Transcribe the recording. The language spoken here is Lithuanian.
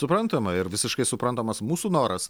suprantama ir visiškai suprantamas mūsų noras